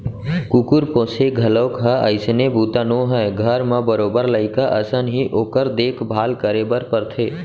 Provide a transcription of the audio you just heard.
कुकुर पोसे घलौक ह अइसने बूता नोहय घर म बरोबर लइका असन ही ओकर देख भाल करे बर परथे